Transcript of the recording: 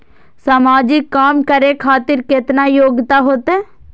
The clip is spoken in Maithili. समाजिक काम करें खातिर केतना योग्यता होते?